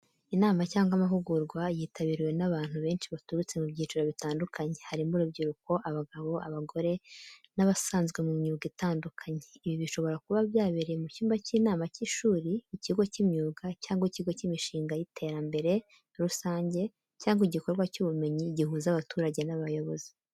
Inama cyangwa amahugurwa yitabiriwe n’abantu benshi baturutse mu byiciro bitandukanye, harimo urubyiruko, abagabo, abagore n'abasanzwe mu myuga itandukanye. Ibi bishobora kuba byabereye mu cyumba cy’inama cy’ishuri, ikigo cy’imyuga cyangwa ikigo cy’imishinga y’iterambere rusange cyangwa igikorwa cy’ubumenyi gihuza abaturage n’abayobozi.